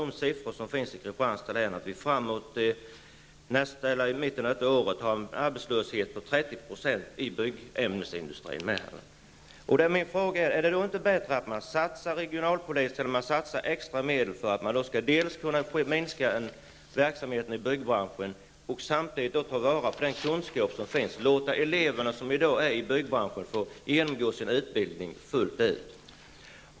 Det skulle innebära att vi i mitten av året har en arbetslöshet på 30 % i byggämnesindustrin. Min fråga är: Är det då inte bättre att man satsar regionalpolitiskt eller att man satsar extra medel för att kunna minska verksamheten i byggbranschen och samtidigt kunna ta vara på den kunskap som finns och låta eleverna i byggbranschen slutföra sin utbildning?